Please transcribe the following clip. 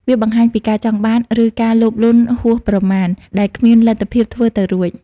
វាបង្ហាញពីការចង់បាន ឬការលោភលន់ហួសប្រមាណ ដែលគ្មានលទ្ធភាពធ្វើទៅរួច។